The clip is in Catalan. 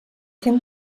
fem